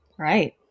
Right